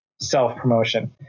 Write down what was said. self-promotion